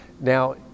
Now